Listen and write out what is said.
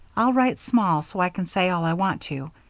i'll write small so i can say all i want to,